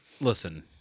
Listen